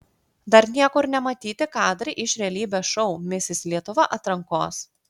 dar niekur nematyti kadrai iš realybės šou misis lietuva atrankos